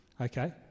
okay